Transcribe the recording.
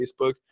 Facebook